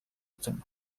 tym